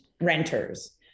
renters